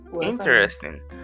Interesting